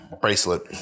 bracelet